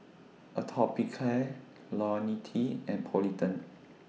Atopiclair Ionil T and Polident